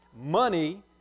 money